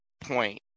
point